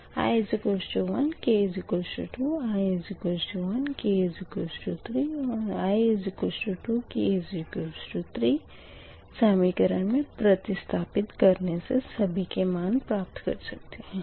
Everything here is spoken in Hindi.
i 1 k 2 i 1 k 3 i 2 k 3 समीकरण मे प्रतिस्थपित करने से सभी के मान प्राप्त कर सकते है